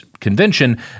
Convention